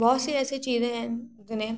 बहुत सी ऐसी चीज़े है जिन्हे